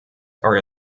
are